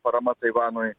parama taivanui